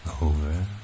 Over